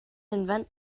invent